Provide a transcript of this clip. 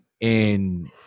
And-